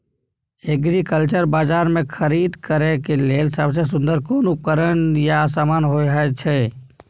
Agriculture बाजार में खरीद करे के लेल सबसे सुन्दर कोन उपकरण या समान होय छै?